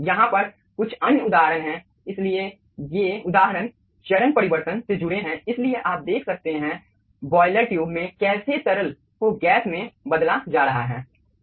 यहाँ पर कुछ अन्य उदाहरण हैं इसलिए ये उदाहरण चरण परिवर्तन से जुड़े हैं इसलिए आप देख सकते है बॉयलर ट्यूब में कैसे तरल को गैस में बदला जा रहा है